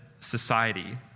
society